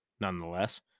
nonetheless